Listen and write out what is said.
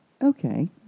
Okay